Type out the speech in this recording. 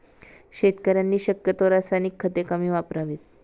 शेतकऱ्यांनी शक्यतो रासायनिक खते कमी वापरावीत